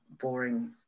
boring